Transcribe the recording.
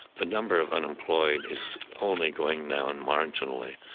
the number of unemployed is only going down marginally.